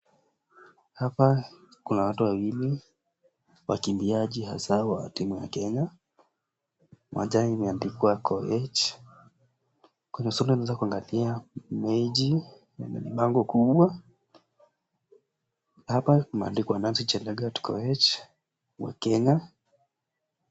Hapa kuna watu wawili wakimbiaji hasa wa timu ya Kenya. Uwanjani imeandikwa Koech. Kuba sura imeweza kuangalia mechi, bango kubwa. Hapa imeandikwa Nancy Chelagat Koech wa Kenya.